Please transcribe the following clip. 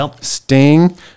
Sting